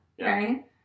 right